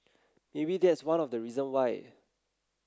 maybe that's one of the reason why